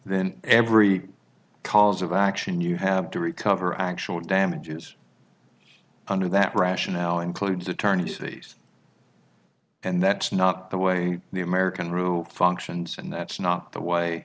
then every cause of action you have to recover actual damages under that rationale includes eternity's and that's not the way the american room functions and that's not the way